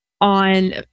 on –